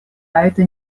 это